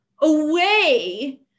away